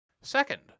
Second